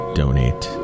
donate